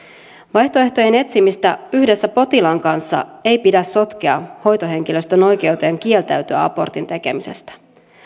vaihtoehtojen etsimistä yhdessä potilaan kanssa ei pidä sotkea hoitohenkilöstön oikeuteen kieltäytyä abortin tekemisestä